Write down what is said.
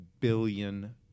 billion